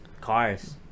Cars